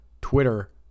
Twitter